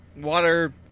water